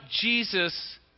Jesus